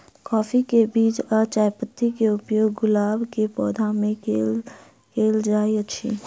काफी केँ बीज आ चायपत्ती केँ उपयोग गुलाब केँ पौधा मे केल केल जाइत अछि?